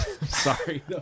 Sorry